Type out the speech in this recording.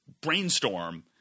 brainstorm –